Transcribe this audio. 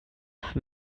for